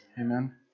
Amen